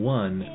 one